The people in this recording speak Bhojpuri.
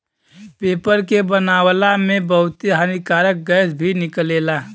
पेपर के बनावला में बहुते हानिकारक गैस भी निकलेला